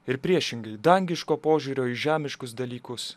ir priešingai dangiško požiūrio į žemiškus dalykus